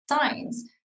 signs